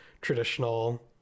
traditional